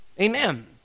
amen